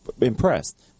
impressed